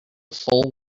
full